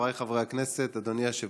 חבריי חברי הכנסת, אדוני היושב-ראש,